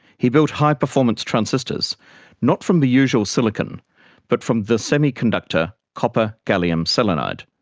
he built high-performance transistors not from the usual silicon but from the semi-conductor copper gallium selenide.